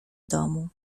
domu